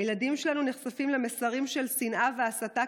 הילדים שלנו נחשפים למסרים של שנאה והסתה